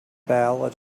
ballad